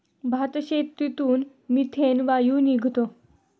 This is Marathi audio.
भातशेतीतून मिथेन वायू निघतो